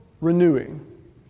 renewing